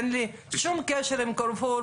אין לי שום קשר עם 'קרפור',